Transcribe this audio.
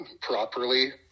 properly